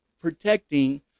protecting